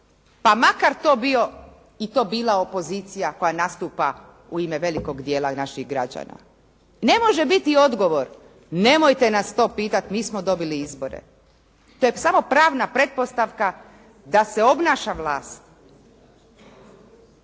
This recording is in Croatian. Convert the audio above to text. pa makar to bio i to bila opozicija koja nastupa u ime velikog dijela naših građana. Ne može biti odgovor nemojte nas to pitati, mi smo dobili izbore. To je samo pravna pretpostavka da se obnaša vlast.